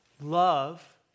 Love